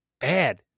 bad